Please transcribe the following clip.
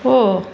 ஓ